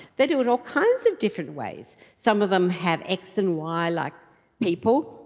they do it all kinds of different ways. some of them have x and y like people,